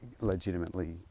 legitimately